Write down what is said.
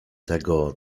tego